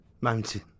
Mountain